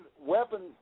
weapons